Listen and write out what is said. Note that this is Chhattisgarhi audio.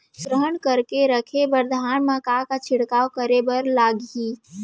संग्रह करके रखे बर धान मा का का छिड़काव करे बर लागही?